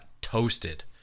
toasted